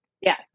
yes